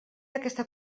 aquesta